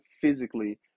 physically